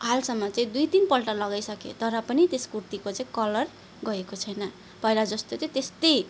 हालसम्म चाहिँ दुई तिनपल्ट लगाइसकेँ तर पनि त्यस कुर्तीको चाहिँ कलर गएको छैन पहिला जस्तो थियो त्यस्तै